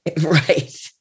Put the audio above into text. Right